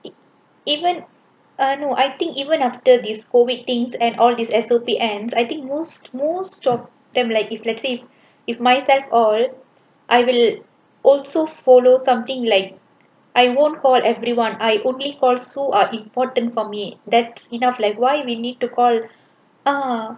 even err no I think even after this COVID things and all these S_O_P ends I think most most of them like if let's say if myself or I will also follow something like I won't call everyone I only call those who are important for me that's enough like why we need to call uh